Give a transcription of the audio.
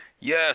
Yes